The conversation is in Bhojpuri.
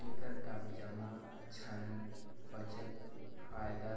एकर काम जमा, ऋण, बचत, फायदा